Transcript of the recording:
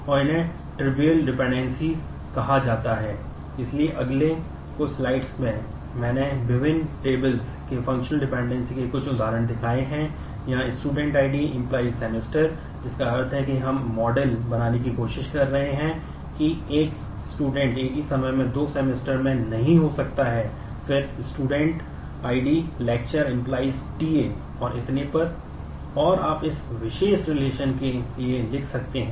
इसलिए अगले कुछ स्लाइड्स होने के लिए होता है